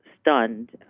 stunned